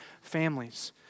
families